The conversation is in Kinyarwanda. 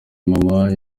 nama